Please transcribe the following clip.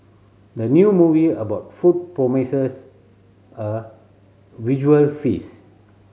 the new movie about food promises a visual feast